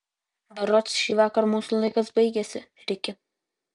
berods šįvakar mūsų laikas baigiasi riki